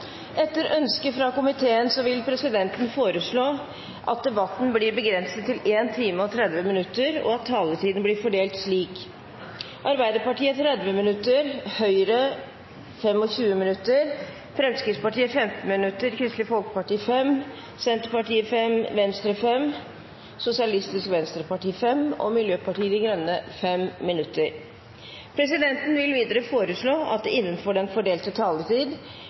Etter ønske fra kommunal- og forvaltningskomiteen vil presidenten foreslå at debatten blir begrenset til 1 time og 30 minutter, og at taletiden blir fordelt slik: Arbeiderpartiet 30 minutter, Høyre 25 minutter, Fremskrittspartiet 15 minutter, Kristelig Folkeparti 5 minutter, Senterpartiet 5 minutter, Venstre 5 minutter, Sosialistisk Venstreparti 5 minutter og Miljøpartiet De Grønne 5 minutter. Videre vil presidenten foreslå at det – innenfor den fordelte taletid